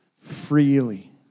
freely